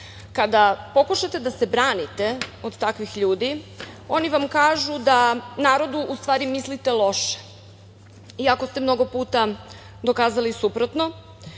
pokušate da se branite od takvih ljudi, oni vam kažu da narodu u stvari mislite loše, iako ste mnogo puta dokazali suprotno,